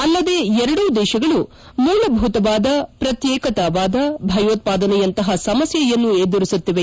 ಅಲ್ಲದೇ ಎರಡೂ ದೇಶಗಳು ಮೂಲಭೂತವಾದ ಪ್ರತ್ಯೇಕತಾವಾದ ಭಯೋತ್ಲಾದನೆ ಯಂತಹ ಸಮಸ್ನೆಯನ್ನು ಎದುರಿಸುತ್ತಿವೆ